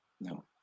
No